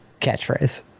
catchphrase